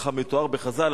כך מתואר בדברי חז"ל,